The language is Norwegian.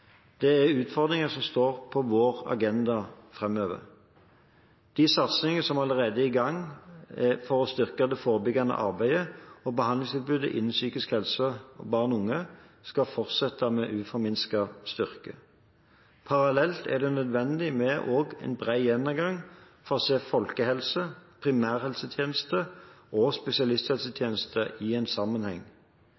Det er utfordringer som står på vår agenda framover. De satsinger som allerede er i gang for å styrke det forebyggende arbeidet og behandlingstilbudet innen psykisk helse til barn og unge, skal fortsette med uforminsket styrke. Parallelt er det også nødvendig med en bred gjennomgang for å se folkehelse, primærhelsetjenesten og